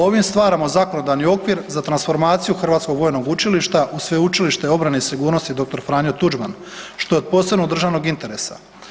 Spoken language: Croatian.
Ovim stvaramo zakonodavni okvir za transformaciju Hrvatskog vojnog učilišta u Sveučilište obrane i sigurnosti Dr. Franjo Tuđman što je od posebnog državnog interesa.